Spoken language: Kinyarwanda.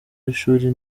w’ishuri